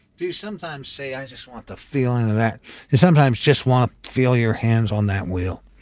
do you sometimes say, i just want the feeling that you sometimes just wanna feel your hands on that wheel?